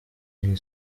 iri